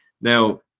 Now